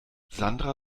sandra